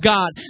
God